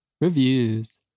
Reviews